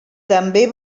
també